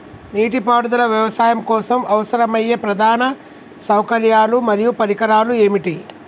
నీటిపారుదల వ్యవసాయం కోసం అవసరమయ్యే ప్రధాన సౌకర్యాలు మరియు పరికరాలు ఏమిటి?